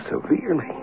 severely